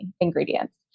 ingredients